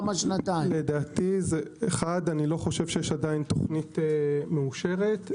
אני חושב שאין עדיין תוכנית מאושרת,